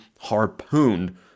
harpooned